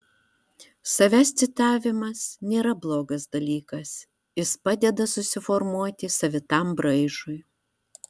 savęs citavimas nėra blogas dalykas jis padeda susiformuoti savitam braižui